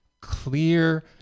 clear